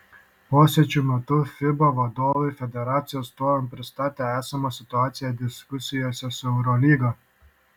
posėdžio metu fiba vadovai federacijų atstovams pristatė esamą situaciją diskusijose su eurolyga